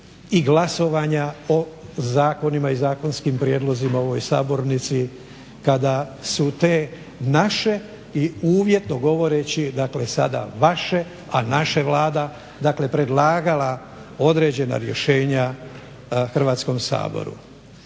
i glasovanja o zakonima i zakonskim prijedlozima u ovoj Sabornici kada su te naše i uvjetno govoreći, dakle sada vaše a naše Vlada predlagala određena rješenja Hrvatskom saboru.